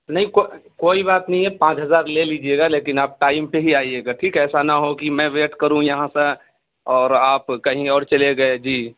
نہیں کو کوئی بات نہیں ہے پانچ ہزار لے لیجیے گا لیکن آپ ٹائم پہ ہی آئیے گا ٹھیک ہے ایسا نہ ہو کہ میں ویٹ کروں یہاں پہ اور آپ کہیں اور چلے گئے جی